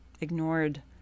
ignored